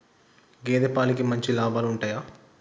గేదే పాలకి మంచి లాభాలు ఉంటయా?